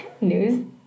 news